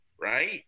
right